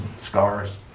scars